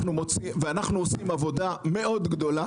אנחנו עושים עבודה מאוד גדולה,